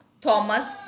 Thomas